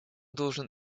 должен